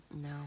No